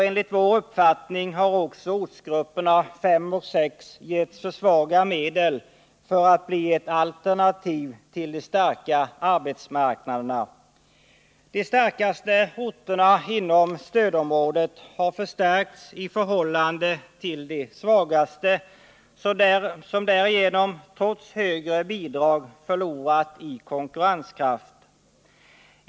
Enligt vår uppfattning har också ortsgrupperna 5 och 6 getts alltför små medel för att de skall kunna bli ett alternativ till de starka arbetsmarknaderna. De starkaste orterna inom stödområdet har förstärkts i förhållande till de svagaste, som därigenom trots högre bidrag förlorat i konkurrenskraft.